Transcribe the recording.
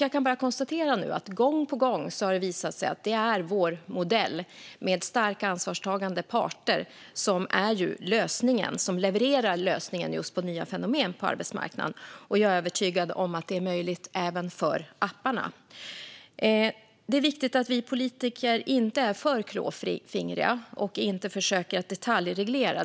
Jag kan bara konstatera att det gång på gång har visat sig att det är vår modell med starka ansvarstagande parter som levererar lösningen på just nya fenomen på arbetsmarknaden. Jag är övertygad om att det är möjligt även för apparna. Det är viktigt att vi politiker inte är för klåfingriga och försöker detaljreglera.